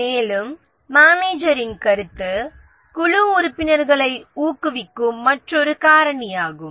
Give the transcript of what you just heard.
மேலும் மேனேஜரின் கருத்து குழு உறுப்பினர்களை ஊக்குவிக்கும் மற்றொரு காரணியாகும்